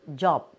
job